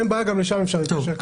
גם לשם אפשר להתקשר.